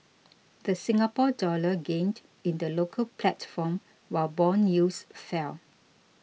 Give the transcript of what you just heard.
the Singapore Dollar gained in the local platform while bond yields fell